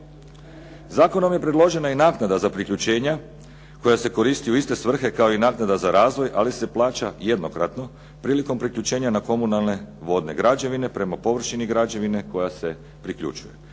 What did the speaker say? Zakonom je predložena i naknada za priključenja koja se koristi u iste svrhe kao i naknada za razvoj, ali se plaća jednokratno prilikom priključenja na komunalne vodne građevine prema površini građevine koja se priključuje.